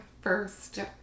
first